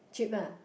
cheap ah